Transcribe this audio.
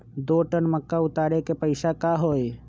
दो टन मक्का उतारे के पैसा का होई?